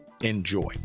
enjoy